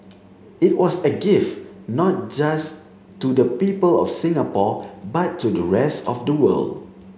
it was a gift not just to the people of Singapore but to the rest of the world